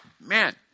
man